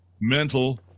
mental